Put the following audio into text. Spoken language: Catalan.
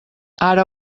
ara